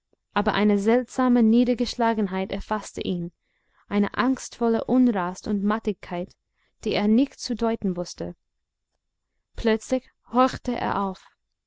aber eine seltsame niedergeschlagenheit erfaßte ihn eine angstvolle unrast und mattigkeit die er nicht zu deuten wußte plötzlich horchte er auf